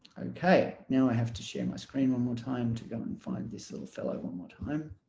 ok now i have to share my screen one more time to go and find this little fellow one more time